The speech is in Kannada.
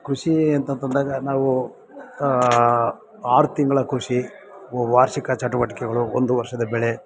ಕೃಷಿ ಅಂತಂತಂದಾಗ ನಾವು ಆರು ತಿಂಗಳ ಕೃಷಿ ವಾರ್ಷಿಕ ಚಟುವಟಿಕೆಗಳು ಒಂದು ವರ್ಷದ ಬೆಳೆ